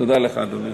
תודה לך, אדוני.